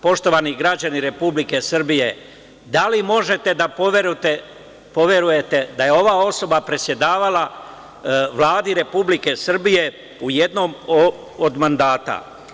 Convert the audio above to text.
Poštovani građani Republike Srbije, da li možete da poverujete da je ova osoba predsedavala Vladi Republike Srbije u jednom od mandata.